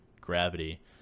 gravity